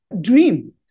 dream